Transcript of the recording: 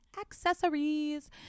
accessories